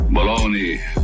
Bologna